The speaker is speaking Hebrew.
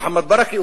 מוחמד ברכה,